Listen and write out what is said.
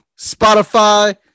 Spotify